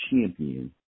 champion